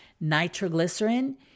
Nitroglycerin